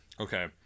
Okay